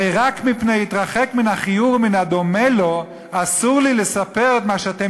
הרי רק מפני "התרחק מן הכיעור ומן הדומה לו" אסור לי לספר את מה שאתם